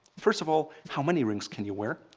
first of all, how many rings can you wear?